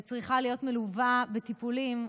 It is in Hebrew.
וצריכה להיות מלווה בטיפולים רגשיים,